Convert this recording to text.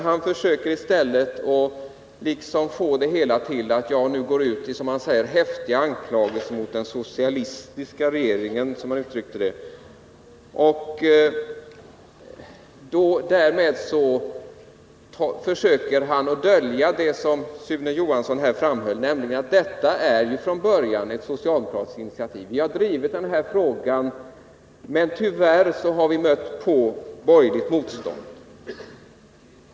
Han försöker i stället att få det hela till att jag går ut med, så som han uttrycker det, häftiga anklagelser mot bl.a. socialistiska regeringar. Därmed försöker han komma ifrån det som Sune Johansson framhöll, nämligen att detta från början är ett socialdemokratiskt initiativ. 131 Vi har drivit den här frågan, men tyvärr har vi stött på borgerligt motstånd.